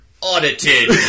audited